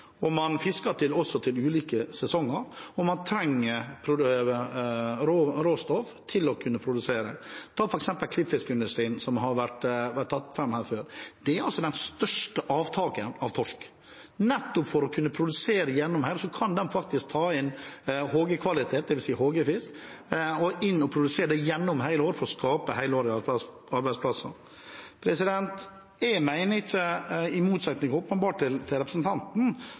ulike sesonger, og man trenger råstoff for å kunne produsere. Ta f.eks. klippfiskindustrien, som har vært tatt fram her før. Det er den største avtakeren av torsk, nettopp for å kunne produsere – de kan ta inn HG-kvalitet, dvs. HG-fisk – gjennom hele året for å skape helårige arbeidsplasser. Jeg mener ikke – åpenbart i motsetning til representanten